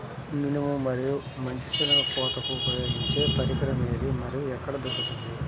మినుము మరియు మంచి శెనగ కోతకు ఉపయోగించే పరికరం ఏది మరియు ఎక్కడ దొరుకుతుంది?